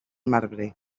marbre